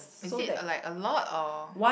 is it like a lot or